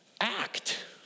act